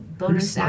bonus